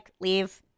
leave